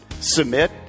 submit